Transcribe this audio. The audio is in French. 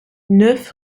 neuf